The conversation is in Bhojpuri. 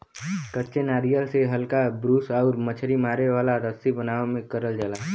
कच्चे नारियल से हल्का ब्रूस आउर मछरी मारे वाला रस्सी बनावे में करल जाला